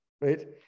right